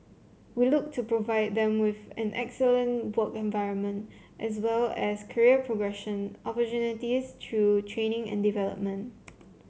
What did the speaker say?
we look to provide them with an excellent work environment as well as career progression opportunities through training and development